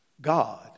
God